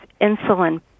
insulin